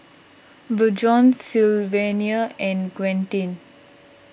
Bjorn Sylvania and Quentin